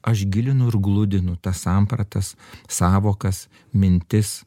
aš gilinu ir gludinu tas sampratas sąvokas mintis